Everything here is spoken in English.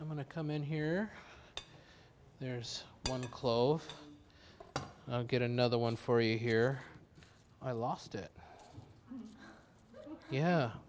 i'm going to come in here there's one close i'll get another one for you here i lost it yeah